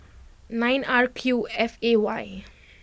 nine R Q F A Y